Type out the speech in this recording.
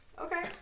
Okay